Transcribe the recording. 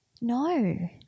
No